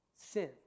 sin